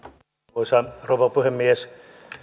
arvoisa rouva puhemies